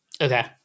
Okay